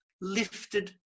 lifted